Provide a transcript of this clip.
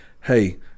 Hey